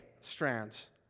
strands